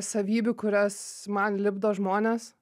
savybių kurias man lipdo žmones